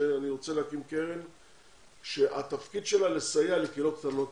שאני רוצה להקים קרן שהתפקיד שלה לסייע לקהילות קטנות